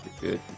good